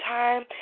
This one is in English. time